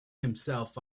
himself